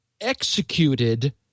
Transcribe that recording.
executed